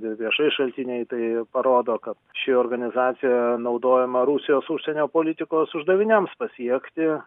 ir viešai šaltiniai tai parodo kad ši organizacija naudojama rusijos užsienio politikos uždaviniams pasiekti